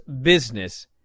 Business